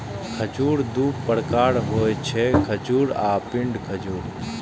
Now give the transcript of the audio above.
खजूर दू प्रकारक होइ छै, खजूर आ पिंड खजूर